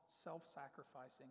self-sacrificing